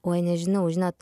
oi nežinau žinot